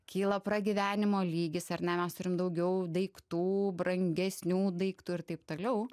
kyla pragyvenimo lygis ar ne mes turim daugiau daiktų brangesnių daiktų ir taip toliau